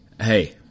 hey